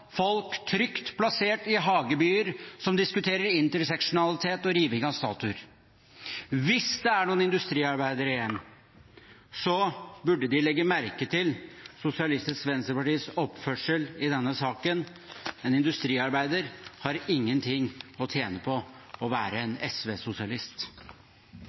folk som er trygt plassert i hagebyer som diskuterer interseksjonalitet og riving av statuer? Hvis det er noen industriarbeidere igjen, burde de legge merke til Sosialistisk Venstrepartis oppførsel i denne saken. En industriarbeider har ingenting å tjene på å være